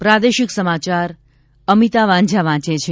પ્રાદેશિક સમાચાર અમિતા વાંઝા વાંચે છે